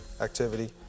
activity